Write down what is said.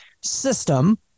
system